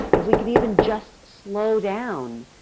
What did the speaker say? if we can even just slow down,